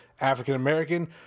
African-American